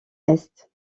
est